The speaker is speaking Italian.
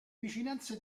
vicinanze